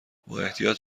بااحتیاط